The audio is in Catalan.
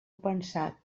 pensat